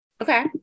Okay